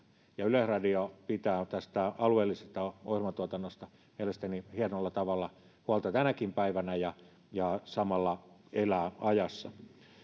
ja yleisradio pitää tästä alueellisesta ohjelmatuotannosta mielestäni hienolla tavalla huolta tänäkin päivänä ja ja samalla elää ajassa